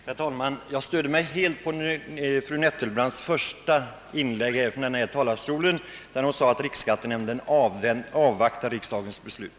Herr talman! Jag stöder mig helt på fru Nettelbrandts första inlägg från denna talarstol i vilket hon sade, att riksskattenämnden avvaktar riksdagens beslut.